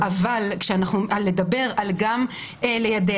אבל לדבר על גם ליידע,